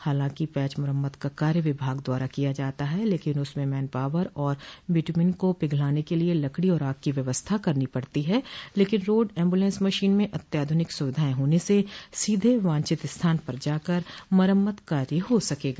हालांकि पैच मरम्मत का कार्य विभाग द्वारा किया जाता है लेकिन उसमें मेन पॉवर और बिट्मिन को पिघलाने के लिये लकड़ी और आग की व्यवस्था करनी पड़ती है लेकिन रोड ऐम्बुलेंस मशीन में अत्याधुनिक सुविधाएं होने से सीधे वांछित स्थान पर जाकर मरम्मत कार्य हो सकेगा